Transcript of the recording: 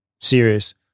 serious